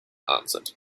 answered